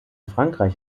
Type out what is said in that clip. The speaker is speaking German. frankreich